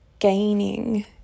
gaining